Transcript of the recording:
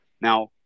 Now